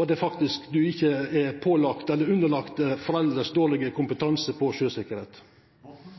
og ein er då ikkje underlagt foreldra sin dårlege kompetanse på